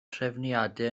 trefniadau